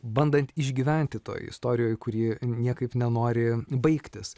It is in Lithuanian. bandant išgyventi toj istorijoj kurie niekaip nenori baigtis